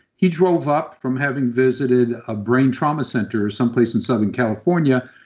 he drove up from having visited a brain trauma center or some place in southern california,